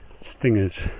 stingers